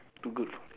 too good